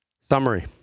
Summary